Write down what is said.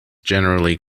generally